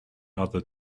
other